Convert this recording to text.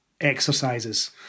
exercises